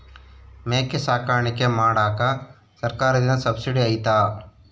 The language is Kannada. ಮೇಕೆ ಸಾಕಾಣಿಕೆ ಮಾಡಾಕ ಸರ್ಕಾರದಿಂದ ಸಬ್ಸಿಡಿ ಐತಾ?